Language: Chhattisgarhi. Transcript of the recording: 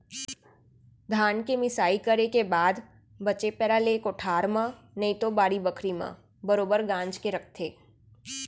धान के मिंसाई करे के बाद बचे पैरा ले कोठार म नइतो बाड़ी बखरी म बरोगर गांज के रखथें